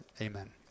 Amen